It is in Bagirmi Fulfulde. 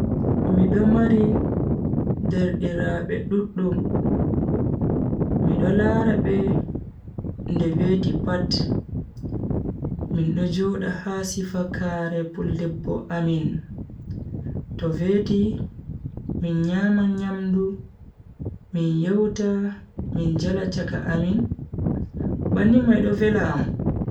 Mido mari derdiraabe duddum, mido lara be nde veti pat. min do joda ha sifakaare puldebbo amin to veti min nyama nyamdu min yewta min jala chaka amin, bannin mai do vela am.